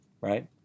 right